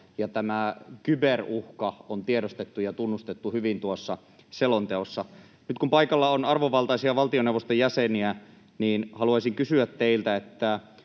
Tämä kyberuhka on tiedostettu ja tunnustettu hyvin tuossa selonteossa. Nyt kun paikalla on arvovaltaisia valtioneuvoston jäseniä, haluaisin kysyä teiltä,